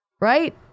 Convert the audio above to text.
right